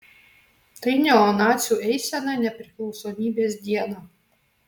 tai neonacių eisena nepriklausomybės dieną